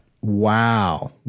Wow